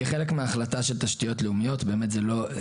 כחלק מהחלטה של תשתיות לאומיות באמת זה לא,